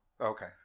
Okay